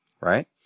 right